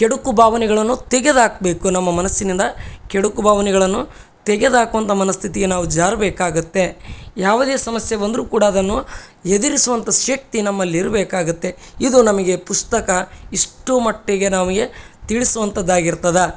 ಕೆಡುಕು ಭಾವನೆಗಳನ್ನು ತೆಗೆದಾಕಬೇಕು ನಮ್ಮ ಮನಸ್ಸಿನಿಂದ ಕೆಡುಕು ಭಾವನೆಗಳನ್ನು ತೆಗೆದಾಕುವಂಥ ಮನಸ್ಥಿತಿಗೆ ನಾವು ಜಾರಬೇಕಾಗತ್ತೆ ಯಾವುದೇ ಸಮಸ್ಯೆ ಬಂದರು ಕೂಡ ಅದನ್ನು ಎದುರಿಸುವಂಥ ಶಕ್ತಿ ನಮ್ಮಲ್ಲಿರಬೇಕಾಗುತ್ತೆ ಇದು ನಮಗೆ ಪುಸ್ತಕ ಇಷ್ಟು ಮಟ್ಟಿಗೆ ನಮಗೆ ತಿಳಿಸುವಂಥದ್ದಾಗಿರ್ತದೆ